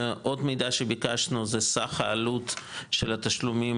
עוד מידע שביקשנו זה סך העלות של התשלומים